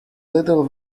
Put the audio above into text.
little